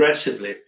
aggressively